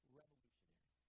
revolutionary